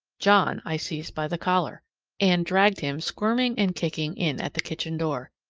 john i seized by the collar and dragged him squirming and kicking in at the kitchen door.